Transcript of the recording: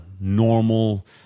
normal